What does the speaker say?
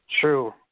True